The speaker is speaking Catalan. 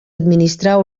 administrar